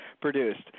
produced